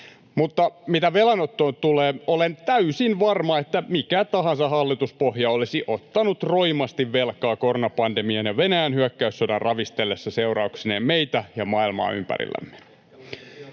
Mutta mitä velanottoon tulee, olen täysin varma, että mikä tahansa hallituspohja olisi ottanut roimasti velkaa koronapandemian ja Venäjän hyökkäyssodan ravistellessa seurauksineen meitä ja maailmaa ympärillämme.